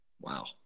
Wow